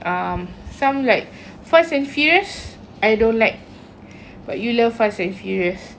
um some like fast and furious I don't like but you love fast and furious